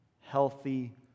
healthy